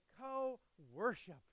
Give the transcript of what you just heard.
co-worship